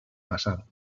pasado